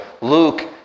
Luke